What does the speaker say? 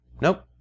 Nope